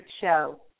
show